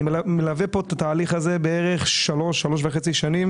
אני מלווה את התהליך הזה בערך 3.5-3 שנים